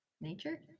Nature